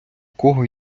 кого